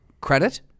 credit